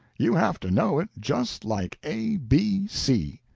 you have to know it just like a b c.